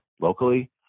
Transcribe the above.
locally